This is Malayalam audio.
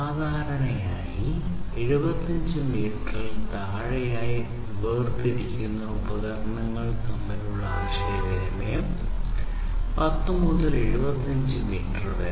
സാധാരണയായി 75 മീറ്ററിൽ താഴെയായി വേർതിരിക്കുന്ന ഉപകരണങ്ങൾ തമ്മിലുള്ള ആശയവിനിമയം 10 മുതൽ 75 മീറ്റർ വരെ